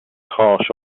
harsh